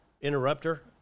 interrupter